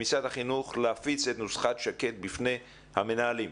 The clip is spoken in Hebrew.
למשרד החינוך, להפיץ את נוסחת שקד בפני המנהלים.